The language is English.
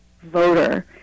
voter